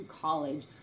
college